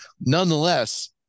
nonetheless